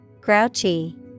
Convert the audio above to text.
Grouchy